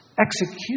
execution